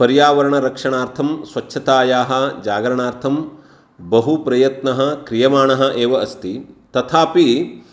पर्यावरणरक्षणार्थं स्वच्छतायाः जागरणार्थं बहु प्रयत्नः क्रियमाणः एव अस्ति तथापि